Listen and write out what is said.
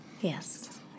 Yes